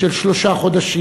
של שלושה חודשים.